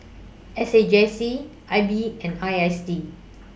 S A J C I B and I S D